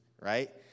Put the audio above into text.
right